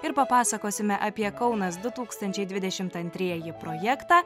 ir papasakosime apie kaunas du tūkstančiai dvidešimt antrieji projektą